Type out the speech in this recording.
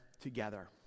together